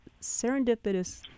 serendipitous